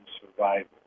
Survival